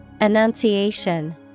Annunciation